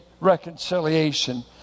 reconciliation